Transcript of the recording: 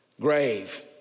grave